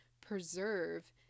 preserve